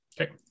Okay